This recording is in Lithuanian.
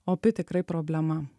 opi tikrai problema